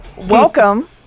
Welcome